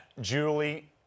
Julie